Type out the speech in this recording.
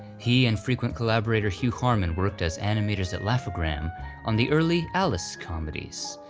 he and frequent collaborator hugh harman worked as animators at laugh-o-gram on the early alice comedies,